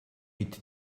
mit